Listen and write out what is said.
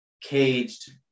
caged